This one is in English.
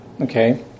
Okay